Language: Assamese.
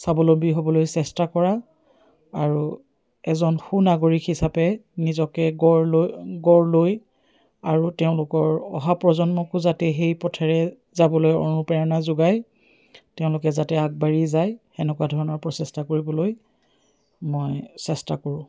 স্বাৱলম্বী হ'বলৈ চেষ্টা কৰা আৰু এজন সুনাগৰিক হিচাপে নিজকে গঢ় লৈ গঢ় লৈ আৰু তেওঁলোকৰ অহা প্ৰজন্মকো যাতে সেই পথেৰে যাবলৈ অনুপ্ৰেৰণা যোগায় তেওঁলোকে যাতে আগবাঢ়ি যায় সেনেকুৱা ধৰণৰ প্ৰচেষ্টা কৰিবলৈ মই চেষ্টা কৰোঁ